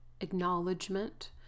acknowledgement